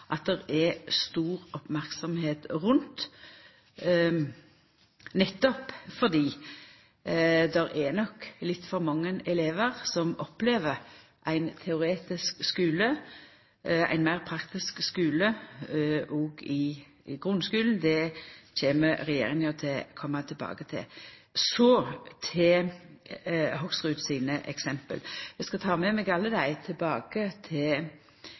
at det er stor merksemd rundt, nettopp fordi det nok er litt for mange elevar som opplever ein teoretisk skule. Ein meir praktisk skule òg i grunnskulen kjem regjeringa til å koma tilbake til. Så til Hoksrud sine eksempel. Eg skal ta med meg alle dei tilbake til